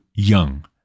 Young